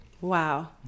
wow